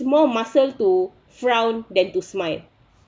more muscle to frown than to smile